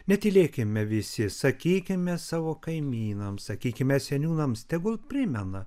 netylėkime visi sakykime savo kaimynams sakykime seniūnams tegul primena